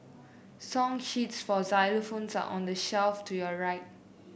song sheets for xylophones are on the shelf to your right